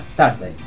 tarde